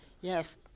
Yes